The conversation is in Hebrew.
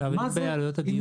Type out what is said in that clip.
פערים בעלויות הגיוס.